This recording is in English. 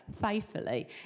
faithfully